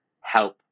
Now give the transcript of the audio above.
help